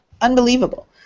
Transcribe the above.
Unbelievable